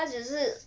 他只是